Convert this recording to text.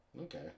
Okay